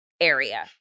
area